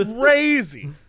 Crazy